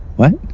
what?